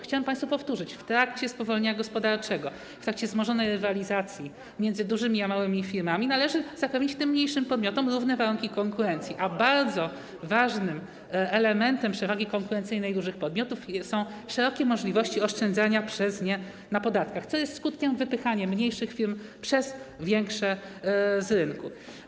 Chciałbym powtórzyć, że w trakcie spowolnienia gospodarczego, w trakcie wzmożonej rywalizacji między dużymi a małymi firmami należy zapewnić tym mniejszym podmiotom równe warunki konkurencji, a bardzo ważnym elementem przewagi konkurencyjnej dużych podmiotów są szerokie możliwości oszczędzania przez nie na podatkach, co jest skutkiem wypychania mniejszych firm przez większe z rynku.